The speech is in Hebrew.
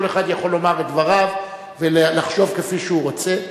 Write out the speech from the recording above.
כל אחד יכול לומר את דבריו ולחשוב כפי שהוא רוצה,